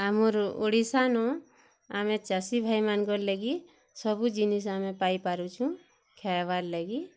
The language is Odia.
ଆମର୍ ଓଡ଼ିଶାନୁ ଆମେ ଚାଷୀଭାଇମାନଙ୍କର୍ ଲାଗି ସବୁ ଜିନିଷ୍ ଆମେ ପାଇପାରୁଚୁ ଖାଏବାର୍ ଲାଗି